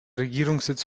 regierungssitz